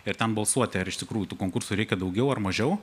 ir ten balsuoti ar iš tikrųjų tų konkursų reikia daugiau ar mažiau